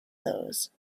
those